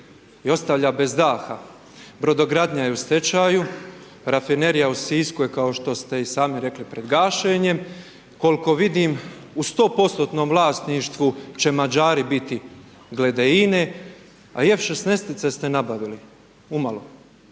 i ostavlja bez daha, Brodogradnja je u stečaju, Rafinerija u Sisku je, kao što ste i sami rekli, pred gašenjem, koliko vidim u 100%-tnom vlasništvu će Mađari biti glede INA-e, a i F-16-ice ste nabavili, umalo.